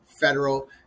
federal